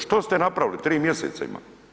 Što ste napravili, tri mjeseca ima?